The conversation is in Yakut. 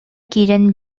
киирэн